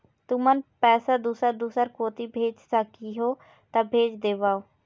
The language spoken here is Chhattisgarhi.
तुमन पैसा दूसर दूसर कोती भेज सखीहो ता भेज देवव?